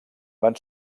van